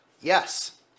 Yes